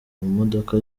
modoka